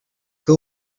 que